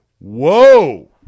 whoa